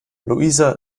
luisa